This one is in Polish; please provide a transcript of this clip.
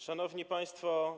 Szanowni Państwo!